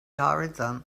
horizon